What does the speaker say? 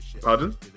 pardon